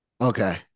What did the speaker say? Okay